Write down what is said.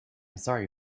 sorry